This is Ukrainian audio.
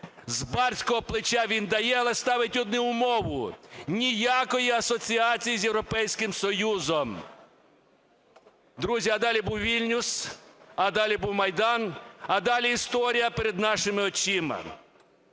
З барського плеча він дає, але ставить одну умову: ніякої асоціації з Європейським Союзом. Друзі, а далі був Вільнюс, а далі був Майдан, а далі історія перед нашими очима.